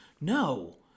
No